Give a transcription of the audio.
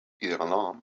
alarm